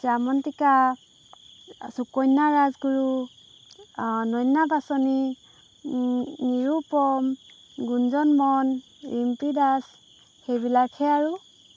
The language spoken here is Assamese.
শ্যামণটিকা সুকন্যা ৰাজগুৰু অনন্যা পাচনী নিৰুপম গুঞ্জন মন ৰিম্পী দাছ সেইবিলাকহে আৰু